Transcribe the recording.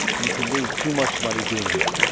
you could lose too much money doing it.